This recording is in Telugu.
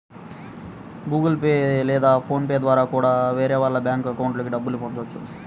గుగుల్ పే లేదా ఫోన్ పే ద్వారా కూడా వేరే వాళ్ళ బ్యేంకు అకౌంట్లకి డబ్బుల్ని పంపొచ్చు